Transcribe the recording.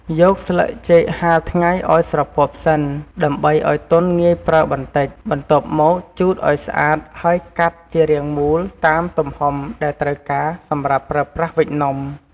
យកស្លឹកចេកហាលថ្ងៃឱ្យស្រពាប់សិន ដើម្បីឱ្យទន់ងាយប្រើបន្តិច បន្ទាប់មកជូតឱ្យស្អាតហើយកាត់ជារាងមូលតាមទំហំដែលត្រូវការសម្រាប់ប្រើប្រាស់វេចនំ។